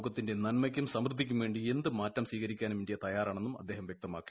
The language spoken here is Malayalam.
ലോകത്തിന്റെ നന്മയ്ക്കും സമൃദ്ധിയ്ക്കും വേണ്ടി എന്ത് മാറ്റം സ്വീകരിക്കാനും ഇന്തൃ തയ്യാറാണെന്നും അദ്ദേഹം വൃക്തമാക്കി